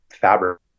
fabric